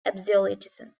absolutism